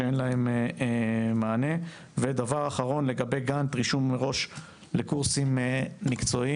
שאין להם מענה ודבר אחרון לגבי גאנט רישום מראש לקורסים מקצועיים,